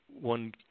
one